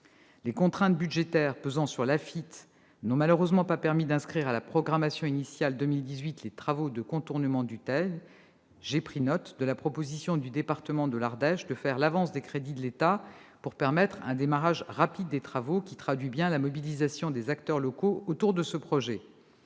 de transport de France, l'AFITF, n'ont malheureusement pas permis d'inscrire à la programmation initiale 2018 les travaux du contournement du Teil. J'ai pris note de la proposition du département de l'Ardèche de faire l'avance des crédits de l'État pour permettre un démarrage rapide des travaux, ce qui traduit bien la mobilisation des acteurs locaux autour de ce projet.